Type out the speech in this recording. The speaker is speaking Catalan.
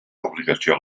obligació